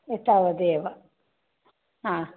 एतावदेव